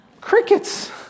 crickets